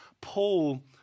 Paul